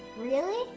really?